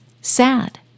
sad